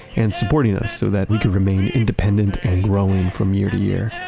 and supporting us so that we can remain independent and growing from year to year.